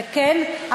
כן,